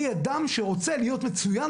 אני אדם שרוצה להיות מצויין,